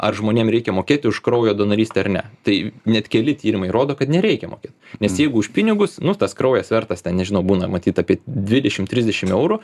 ar žmonėm reikia mokėti už kraujo donorystę ar ne tai net keli tyrimai rodo kad nereikia mokėt nes jeigu už pinigus nu tas kraujas vertas ten nežinau būna matyt apie dvidešim trisdešim eurų